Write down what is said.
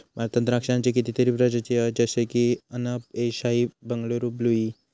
भारतात द्राक्षांची कितीतरी प्रजाती हत जशे की अनब ए शाही, बंगलूर ब्लू ई